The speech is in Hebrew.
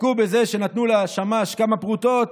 הסתפקו בזה שנתנו לשמש כמה פרוטות,